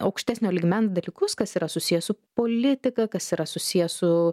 aukštesnio lygmens dalykus kas yra susiję su politika kas yra susiję su